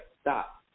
stop